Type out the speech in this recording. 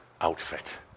outfit